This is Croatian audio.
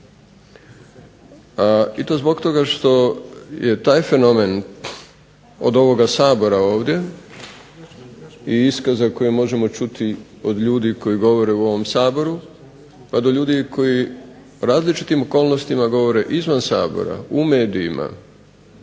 I to zbog toga što je taj fenomen od ovoga Sabora ovdje i iskaza koje možemo čuti od ljudi koji govore u ovom Saboru, pa do ljudi koji u različitim okolnostima govore izvan Sabora, u medijima